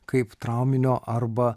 kaip trauminio arba